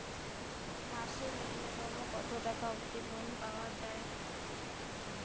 মাসে নূন্যতম কতো টাকা অব্দি লোন পাওয়া যায়?